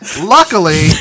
luckily